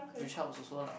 which helps also lah